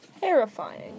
terrifying